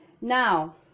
Now